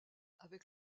avec